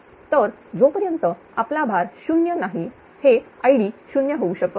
तर जोपर्यंत आपला भार 0 नाही हे Id शून्य होऊ शकत नाही